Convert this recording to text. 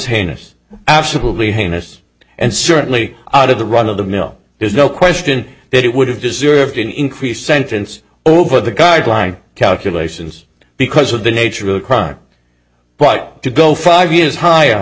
heinous absolutely heinous and certainly out of the run of the mill there's no question that it would have deserved an increased sentence over the guideline calculations because of the nature of the crime but to go five years higher